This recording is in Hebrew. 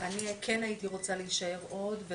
אני כן הייתי רוצה להישאר עוד.